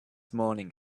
morning